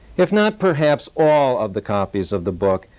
if not perhaps all of the copies of the book,